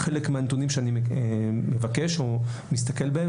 חלק מהנתונים שאני מבקש או מסתכל בהם,